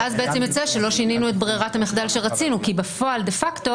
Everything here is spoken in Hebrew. אז יוצא שלא שינינו את ברירת המחדל שרצינו כי בפועל דה פקטו